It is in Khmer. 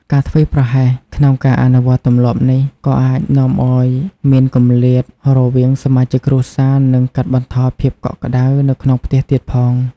ការធ្វេសប្រហែសក្នុងការអនុវត្តទម្លាប់នេះ ក៏អាចនាំឲ្យមានគម្លាតរវាងសមាជិកគ្រួសារ និងកាត់បន្ថយភាពកក់ក្ដៅនៅក្នុងផ្ទះទៀតផង។